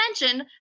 mention